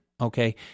okay